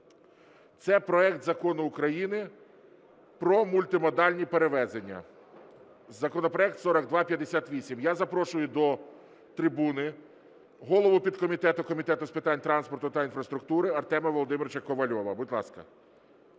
це проект Закону України про мультимодальні перевезення (законопроект 4258). Я запрошую до трибуни голову підкомітету Комітету з питань транспорту та інфраструктури Артема Володимировича Ковальова. Будь ласка.